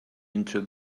into